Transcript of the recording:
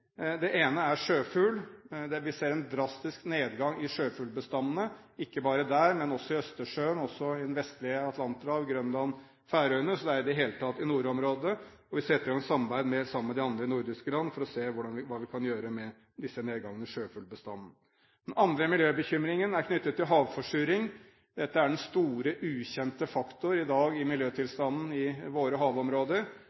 Det ene er sjøfugl. Vi ser en drastisk nedgang i sjøfuglbestandene, ikke bare der, men også i Østersjøen, i det vestlige Atlanterhav, Grønland, Færøyene – i det hele tatt i nordområdene. Vi setter i gang samarbeid med de andre nordiske land for å se hva vi kan gjøre med nedgangen i sjøfuglbestandene. Den andre miljøbekymringen er knyttet til havforsuring. Dette er den store, ukjente faktor i dag i